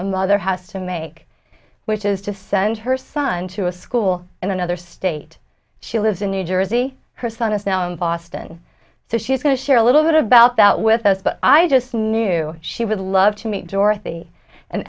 a mother has to make which is to send her son to a school in another state she lives in new jersey her son is now in boston so she's going to share a little bit about that with us but i just knew she would love to meet dorothy and